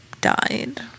died